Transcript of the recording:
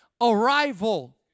arrival